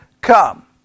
come